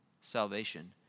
salvation